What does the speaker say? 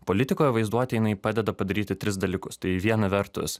politikoje vaizduotė jinai padeda padaryti tris dalykus tai viena vertus